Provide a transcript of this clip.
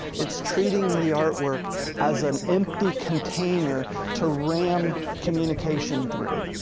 it's treating the artwork as an empty container to ram communication through.